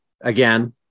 Again